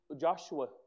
Joshua